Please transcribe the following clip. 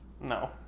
No